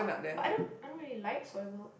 but I don't I don't really like soy milk